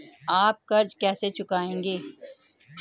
आप कर्ज कैसे चुकाएंगे?